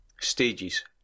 Stages